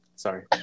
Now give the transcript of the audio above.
Sorry